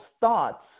thoughts